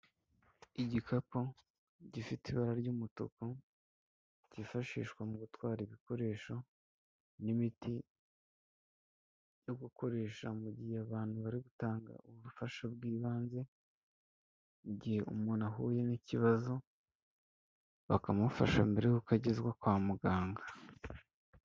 Igikapu gifite ibara ry'umutuku, cyifashishwa mu gutwara ibikoresho n'imiti yo gukoresha mu gihe abantu bari gutanga ubufasha bw'ibanze. Igihe umuntu ahuye n'ikibazo bakamufasha mbere y'uko agezwa kwa muganga.